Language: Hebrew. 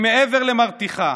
היא מעבר למרתיחה,